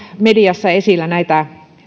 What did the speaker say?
mediassa esillä näitä